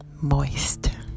Moist